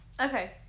Okay